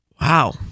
Wow